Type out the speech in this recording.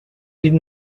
did